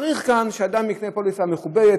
צריך שאדם יקנה פוליסה מכובדת,